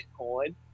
Bitcoin